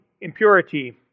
impurity